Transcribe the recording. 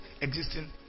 existing